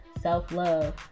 self-love